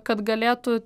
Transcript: kad galėtų